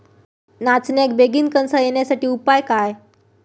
नाचण्याक बेगीन कणसा येण्यासाठी उपाय काय?